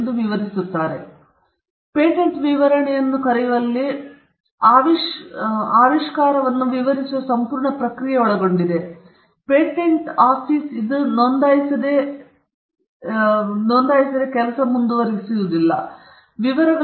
ಆದ್ದರಿಂದ ಇದು ಹಿನ್ನೆಲೆ ಕಲೆಯಿಂದ ಪ್ರಾರಂಭವಾಗುವ ಒಂದು ನಿರೂಪಣೆಯಾಗಿದೆ ನಂತರ ಆವಿಷ್ಕಾರವನ್ನು ವಿವರಿಸುವ ಕಡೆಗೆ ಹೋಗುತ್ತದೆ ಆವಿಷ್ಕಾರದ ಉದ್ದೇಶಗಳು ಆವಿಷ್ಕಾರವು ಬಗೆಹರಿಸುವ ಸಮಸ್ಯೆಗಳು ಯಾವುವು ಹಲವಾರು ಇತರ ವಿಷಯಗಳು ಮತ್ತು ಆವಿಷ್ಕಾರಗಳು ಹೇಗೆ ಆವಿಷ್ಕಾರವು ಕಾರ್ಯನಿರ್ವಹಿಸುತ್ತದೆ ಆವಿಷ್ಕಾರವು ಯಾಂತ್ರಿಕ ಆವಿಷ್ಕಾರವನ್ನು ಹೊಂದಿದ್ದರೆ ಅಥವಾ ಆವಿಷ್ಕಾರದ ಭಾಗಗಳಾಗಿವೆ